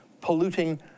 polluting